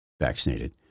vaccinated